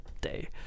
day